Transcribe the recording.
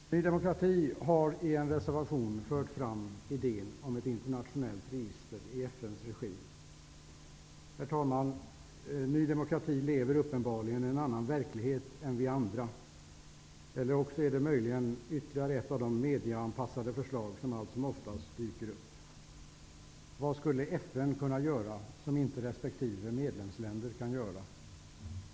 Ny demokrati har i en reservation fört fram idén om ett internationellt register i FN:s regi. Ny demokrati lever uppenbarligen i en annan verklighet än vi andra, eller också är det möjligen ytterligare ett av de mediaanpassade förslag som allt som oftast dyker upp. Vad skulle FN kunna göra som inte resp. medlemsländer kan göra?